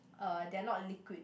uh they're not liquid